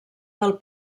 del